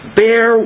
bear